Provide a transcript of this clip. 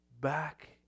Back